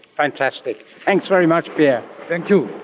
fantastic, thanks very much pierre. thank you.